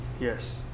Yes